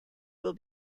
will